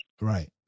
Right